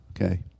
okay